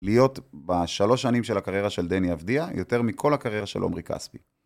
להיות בשלוש שנים של הקריירה של דני אבדיה יותר מכל הקריירה של עמרי כספי.